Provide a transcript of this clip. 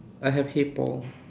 I have hey Paul